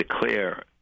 declare